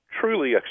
truly